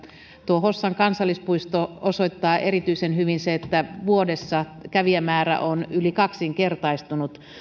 ja hossan kansallispuiston kohdalla sen osoittaa erityisen hyvin se että vuodessa kävijämäärä on yli kaksinkertaistunut